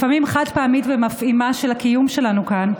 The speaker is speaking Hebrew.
לפעמים חד-פעמית ומפעימה, של הקיום שלנו כאן,